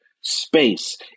space